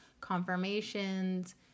confirmations